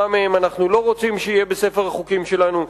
מה מהם אנחנו לא רוצים שיהיה בספר החוקים שלנו,